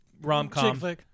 rom-com